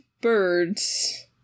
birds